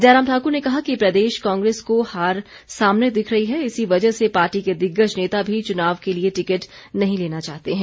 जयराम ठाकुर ने कहा कि प्रदेश कांग्रेस को हार सामने दिख रही है इसी वजह से पार्टी के दिग्गज नेता भी चुनाव के लिए टिकट नहीं लेना चाहते हैं